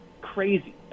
crazy